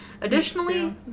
Additionally